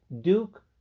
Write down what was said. Duke